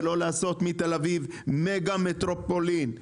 ולא לעשות מתל אביב מגה מטרופולין.